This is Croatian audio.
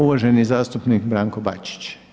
Uvaženi zastupnik Branko Bačić.